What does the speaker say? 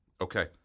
Okay